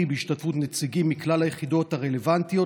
בהשתתפות נציגים מכלל היחידות הרלוונטיות,